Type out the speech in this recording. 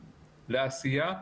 לעשייה,